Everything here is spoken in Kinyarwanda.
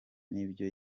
n’ibyo